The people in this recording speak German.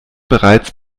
bereits